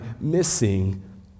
missing